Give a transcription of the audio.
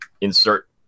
insert